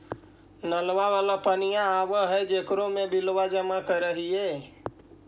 नलवा वाला पनिया आव है जेकरो मे बिलवा जमा करहिऐ?